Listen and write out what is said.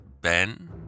Ben